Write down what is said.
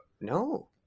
no